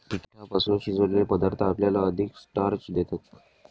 पिठापासून शिजवलेले पदार्थ आपल्याला अधिक स्टार्च देतात